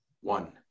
one